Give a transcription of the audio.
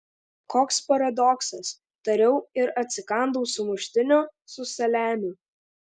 koks paradoksas tariau ir atsikandau sumuštinio su saliamiu